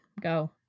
go